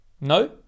No